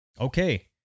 Okay